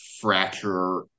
fracture